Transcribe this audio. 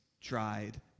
tried